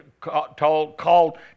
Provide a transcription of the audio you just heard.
called